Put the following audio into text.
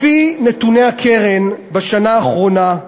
לפי נתוני הקרן בשנה האחרונה,